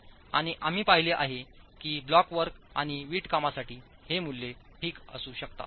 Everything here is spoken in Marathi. आणि आम्ही पाहिले आहे की ब्लॉक वर्क आणि वीटकामसाठी ही मूल्ये ठीक असू शकतात